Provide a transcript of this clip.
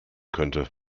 könnte